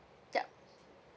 yup